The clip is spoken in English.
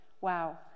Wow